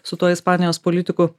su tuo ispanijos politiku